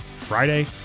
Friday